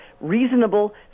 reasonable